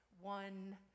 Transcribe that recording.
one